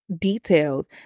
details